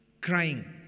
crying